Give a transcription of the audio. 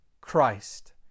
Christ